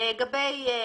לגבי ריבית.